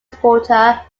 exporter